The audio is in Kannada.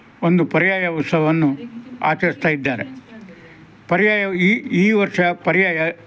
ಒಂದು ಪರ್ಯಾಯ ಉತ್ಸವವನ್ನು ಆಚರಿಸ್ತಾಯಿದ್ದಾರೆ ಪರ್ಯಾಯವು ಈ ಈ ವರ್ಷ ಪರ್ಯಾಯ